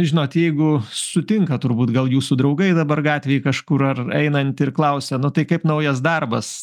žinot jeigu sutinka turbūt gal jūsų draugai dabar gatvėj kažkur ar einantį ir klausia na tai kaip naujas darbas